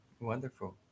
Wonderful